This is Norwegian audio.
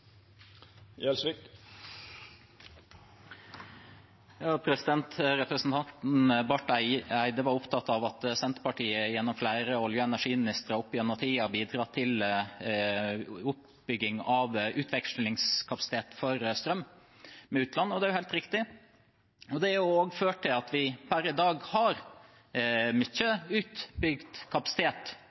Representanten Barth Eide var opptatt av at Senterpartiet gjennom flere olje- og energiministre opp gjennom tiden har bidratt til oppbygging av utvekslingskapasitet for strøm med utlandet. Det er helt riktig. Det har ført at vi per i dag har mye utbygd kapasitet